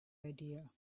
idea